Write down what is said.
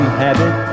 habit